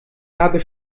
habe